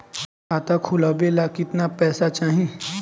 खाता खोलबे ला कितना पैसा चाही?